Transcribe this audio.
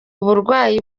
burwayi